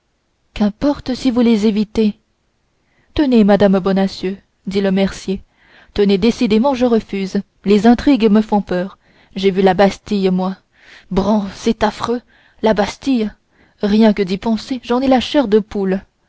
qu'importe si vous les évitez tenez madame bonacieux dit le mercier tenez décidément je refuse les intrigues me font peur j'ai vu la bastille moi brrrrou c'est affreux la bastille rien que d'y penser j'en ai la chair de poule